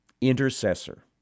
intercessor